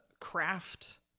craft